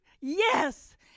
Yes